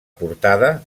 portada